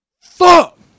Fuck